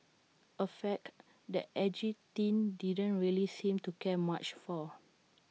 A fact that edgy teen didn't really seem to care much for